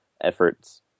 efforts